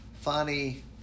Funny